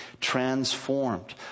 transformed